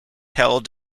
held